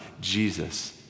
Jesus